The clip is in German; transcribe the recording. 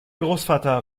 großvater